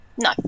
no